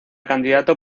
candidato